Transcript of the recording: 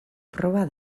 proba